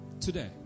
today